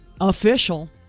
official